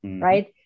right